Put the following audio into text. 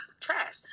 trash